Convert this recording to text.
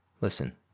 Listen